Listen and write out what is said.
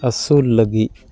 ᱟᱹᱥᱩᱞ ᱞᱟᱹᱜᱤᱫ